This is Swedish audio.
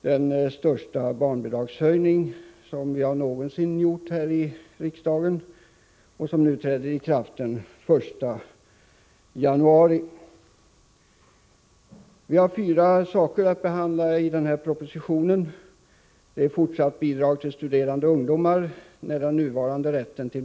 Det är den största barnbidragshöjning som vi någonsin har beslutat om här i riksdagen och som nu träder i kraft den 1 januari.